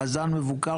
מאזן מבוקר,